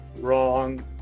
Wrong